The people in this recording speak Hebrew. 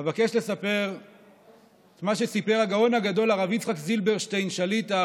אבקש לספר את מה שסיפר הגאון הגדול הרב יצחק זילברשטיין שליט"א,